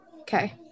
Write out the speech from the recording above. Okay